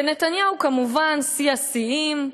ונתניהו, כמובן, שיא השיאים,